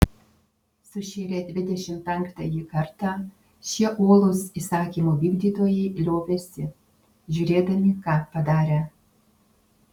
sušėrę dvidešimt penktąjį kartą šie uolūs įsakymo vykdytojai liovėsi žiūrėdami ką padarę